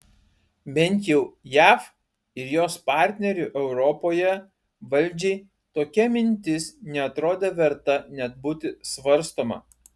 bent jau jav ir jos partnerių europoje valdžiai tokia mintis neatrodė verta net būti svarstoma